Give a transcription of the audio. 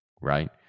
right